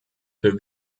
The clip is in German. für